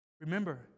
Remember